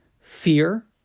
Fear